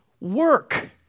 Work